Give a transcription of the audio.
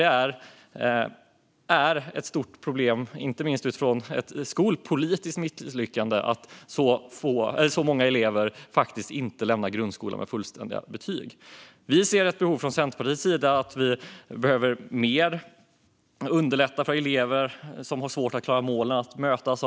Det är ett stort problem och inte minst ett skolpolitiskt misslyckande att så många elever lämnar grundskolan utan fullständiga betyg. Från Centerpartiets sida ser vi ett behov av mer lärarledd tid för att ytterligare underlätta för elever som har svårt att klara målen.